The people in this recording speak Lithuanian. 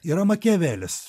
yra makiavelis